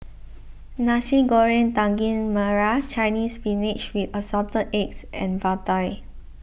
Nasi Goreng Daging Merah Chinese Spinach with Assorted Eggs and Vadai